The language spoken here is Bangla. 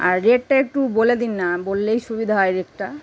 আর রেটটা একটু বলে দিন না বললেই সুবিধা হয় রেটটা